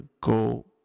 go